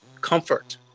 comfort